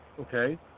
Okay